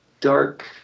dark